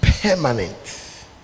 permanent